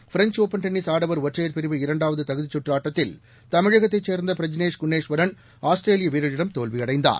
French Open tennis ஆடவர் ஒற்றையர் பிரிவு இரண்டாவது தகுதிச் சுற்று ஆட்டத்தில் தமிழகத்தைச் சேர்ந்த பிரஜ்னேஷ் குணேஸ்வரன் ஆஸ்திரேலியா வீரரிடம் தோல்வியடைந்தார்